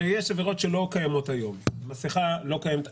הרי יש עבירות שלא קיימות היום מסכה לא קיימת.